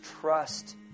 trust